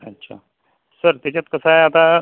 अच्छा सर त्याच्यात कसं आहे आता